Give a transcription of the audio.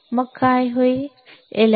मग काय होईल